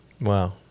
Wow